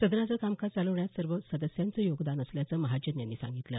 सदनाचं कामकाज चालवण्यात सर्व सदस्यांचं योगदान असल्याचं महाजन यांनी सांगितलं